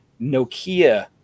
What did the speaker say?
Nokia